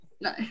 no